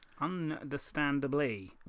Understandably